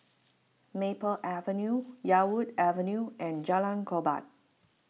Maple Avenue Yarwood Avenue and Jalan Korban